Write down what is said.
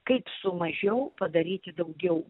kaip su mažiau padaryti daugiau